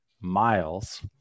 Miles